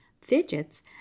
fidgets